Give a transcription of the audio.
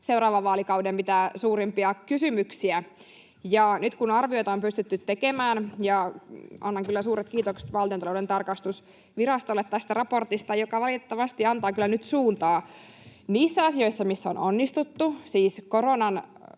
seuraavan vaalikauden mitä suurimpia kysymyksiä. Nyt kun arvioita on pystytty tekemään — ja annan kyllä suuret kiitokset Valtiontalouden tarkastusvirastolle tästä raportista — se antaa kyllä suuntaa niissä asioissa, missä on onnistuttu, siis koronan